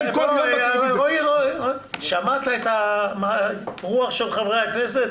רועי, שמעת את הרוח של חברי הכנסת?